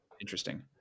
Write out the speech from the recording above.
interesting